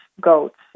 goats